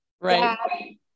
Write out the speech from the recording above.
Right